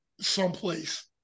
someplace